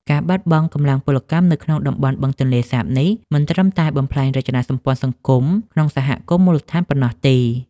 ការបាត់បង់កម្លាំងពលកម្មនៅក្នុងតំបន់បឹងទន្លេសាបនេះ មិនត្រឹមតែបំផ្លាញរចនាសម្ព័ន្ធសង្គមក្នុងសហគមន៍មូលដ្ឋានប៉ុណ្ណោះទេ។